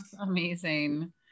amazing